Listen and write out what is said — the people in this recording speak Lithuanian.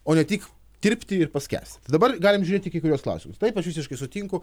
o ne tik dirbti ir paskęst tai dabar galim žiūrėt į kai kuriuos klausimus taip aš visiškai sutinku